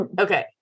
Okay